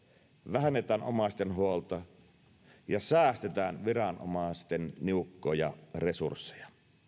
vähennetään omaisten huolta ja säästetään viranomaisten niukkoja resursseja